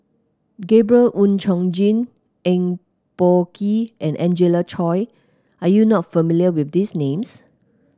Gabriel Oon Chong Jin Eng Boh Kee and Angelina Choy are you not familiar with these names